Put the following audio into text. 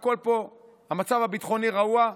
כשהמצב הביטחוני רעוע,